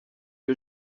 que